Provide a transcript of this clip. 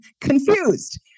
confused